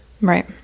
Right